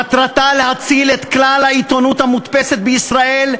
מטרתה להציל את כלל העיתונות המודפסת בישראל,